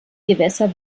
gewässer